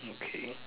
okay